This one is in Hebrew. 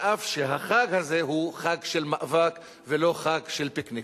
אף שהחג הזה הוא חג של מאבק ולא חג של פיקניק.